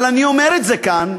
אבל אני אומר את זה כאן